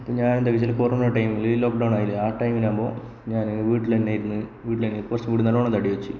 അപ്പോൾ ഞാൻ എന്താന്ന് വെച്ചാൽ കൊറോണ ടൈമില് ലോക്ഡോൺ ആയില്ലേ ആ ടൈമിൽ ആകുമ്പോൾ ഞാന് വീട്ടില് തന്നെ ഇരുന്ന് വീട്ടില് തന്നെ കുറച്ചും കൂടി നല്ലോണം തടി വച്ച്